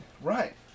Right